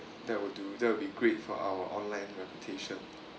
that will do that would be great for our online reputation